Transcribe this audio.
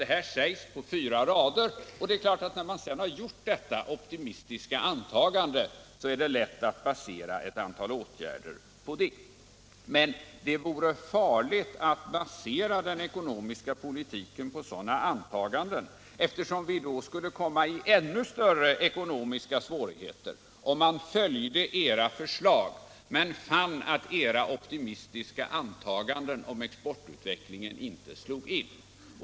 Det här sägs på fyra rader, och det är klart att det, sedan man har gjort detta optimistiska antagande, är lätt att föreslå ett antal åtgärder. Men det vore farligt att basera den ekonomiska politiken på sådana antaganden. Vi skulle komma i ännu större ekonomiska svårigheter, om vi följde era råd men fann att era optimistiska antaganden om exportutvecklingen inte slog in.